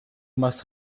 must